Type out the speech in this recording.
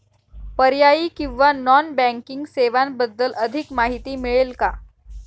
पर्यायी किंवा non banking सेवांबद्दल अधिक माहिती मिळेल का?